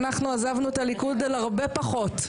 אנחנו עזבנו את הליכוד על הרבה פחות,